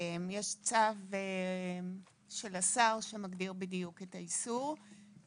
יש צו של השר שמגדיר בדיוק את האיסור,